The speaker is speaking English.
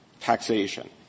taxation